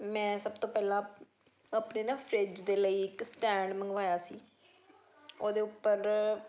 ਮੈਂ ਸਭ ਤੋਂ ਪਹਿਲਾਂ ਆਪਣੇ ਨਾ ਫਰਿਜ ਦੇ ਲਈ ਇੱਕ ਸਟੈਂਡ ਮੰਗਵਾਇਆ ਸੀ ਉਹਦੇ ਉੱਪਰ